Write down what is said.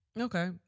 Okay